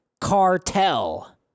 cartel